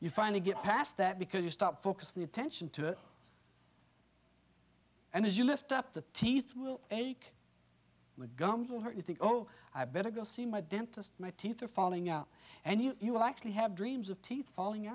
you finally get past that because you stop focusing attention to it and as you lift up the teeth will ache with gums will hurt you think oh i better go see my dentist my teeth are falling out and you know you actually have dreams of teeth falling